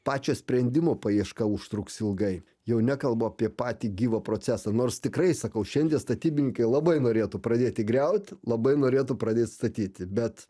pačio sprendimo paieška užtruks ilgai jau nekalbu apie patį gyvą procesą nors tikrai sakau šiandie statybininkai labai norėtų pradėti griaut labai norėtų pradėt statyti bet